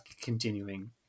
continuing